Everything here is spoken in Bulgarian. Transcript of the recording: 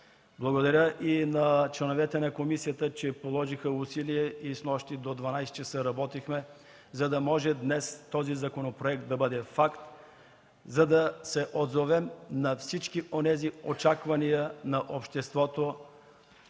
Благодаря и на членовете на комисията, които положиха усилия – снощи работихме до 24,00 ч., за да може днес този законопроект да бъде факт, за да се отзовем на всички очаквания на обществото